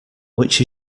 which